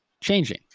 changing